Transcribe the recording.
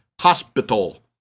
Hospital